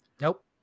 Nope